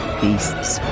beasts